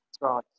right